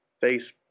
face